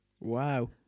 Wow